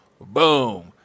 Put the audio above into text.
Boom